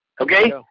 Okay